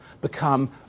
become